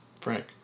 Frank